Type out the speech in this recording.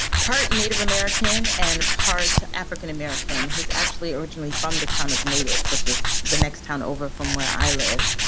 part native american and part african-american he's actually originally from the town of natick, which is the next town over from where i live.